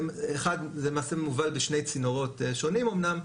זה למעשה מובל בשני צינורות שונים אמנם,